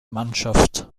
mannschaft